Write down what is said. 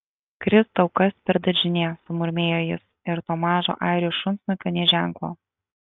kristau kas per daržinė sumurmėjo jis ir to mažo airių šunsnukio nė ženklo